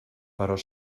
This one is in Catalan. però